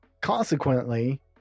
Consequently